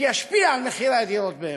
שישפיע על מחירי הדירות באמת.